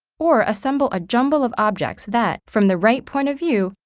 or assemble a jumble of objects, that from the right point of view,